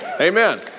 Amen